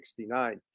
1969